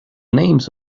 names